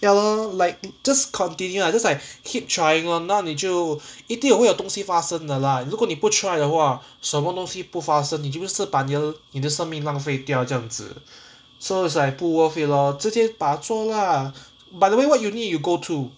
ya lor like just continue lah just like keep trying lor 然后你就一定有会有东西发生的 lah 如果你不 try 的话什么东西不发生你就会失败你的生命浪费掉这样子 so it's like 不 worth it lor 直接把它做 lah by the way what uni you go